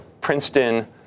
Princeton